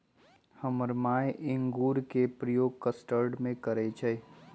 हमर माय इंगूर के प्रयोग कस्टर्ड में करइ छै